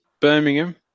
Birmingham